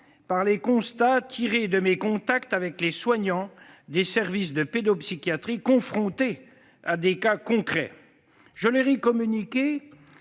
par les constats tirés de mes contacts avec les soignants des services de pédopsychiatrie confrontés à des cas concrets. Je leur ai communiqué